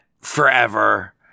forever